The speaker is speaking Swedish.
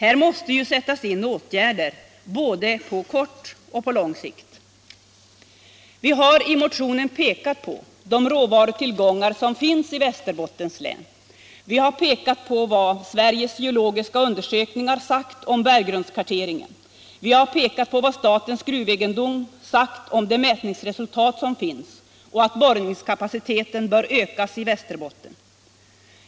Här måste sättas in åtgärder på både kort och lång sikt. Vi har i motionen pekat på de råvarutillgångar som finns i Västerbottens län. Vi har pekat på vad Sveriges geologiska undersökning sagt om berggrundskarteringen. Vi har pekat på vad nämnden för statens gruvegendom sagt om de mätningsresultat som finns och att borrningskapaciteten bör ökas i Västerbotten.